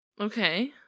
Okay